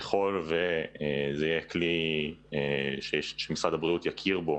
ככל שזה יהיה כלי שמשרד הבריאות יכיר בו